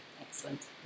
excellent